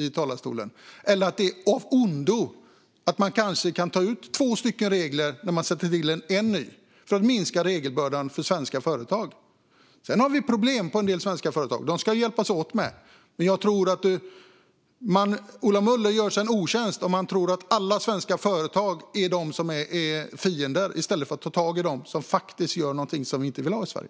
i talarstolen, eller att det är av ondo att kanske ta bort två regler när man inför en ny, för att minska regelbördan för svenska företag. Sedan har vi problem i en del svenska företag, och dem ska vi hjälpas åt med. Men jag tror att Ola Möller gör sig själv en otjänst om han tror att alla svenska företag är fiender, i stället för att ta tag i dem som faktiskt gör något som vi inte vill ha i Sverige.